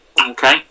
Okay